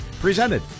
Presented